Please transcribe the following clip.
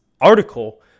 article